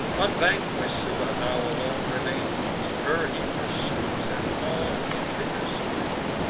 unvanquish'd scylla now alone remains her he pursues, and all his vigor strains.